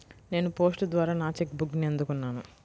నేను పోస్ట్ ద్వారా నా చెక్ బుక్ని అందుకున్నాను